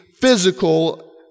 physical